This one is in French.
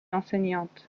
enseignante